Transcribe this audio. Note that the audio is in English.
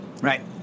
Right